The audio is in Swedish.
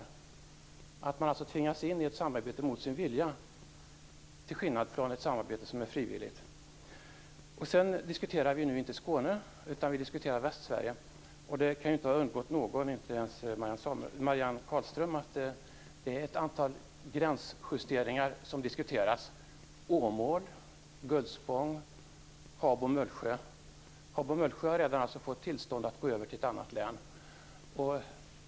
Man tvingas alltså in i ett samarbete mot sin vilja, till skillnad från i ett frivilligt samarbete. Vi diskuterar inte Skåne nu, utan Västsverige. Det kan inte ha undgått någon, inte ens Marianne Carlström, att det är ett antal gränsjusteringar som diskuteras. Det gäller t.ex. Åmål, Gullspång, Habo och Mullsjö. Habo och Mullsjö har redan fått tillstånd att gå över till ett annat län.